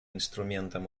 инструментом